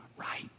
right